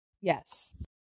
yes